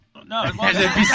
No